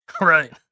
right